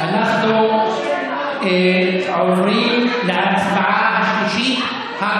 אנחנו עוברים להצבעה בקריאה השלישית,